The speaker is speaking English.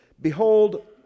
behold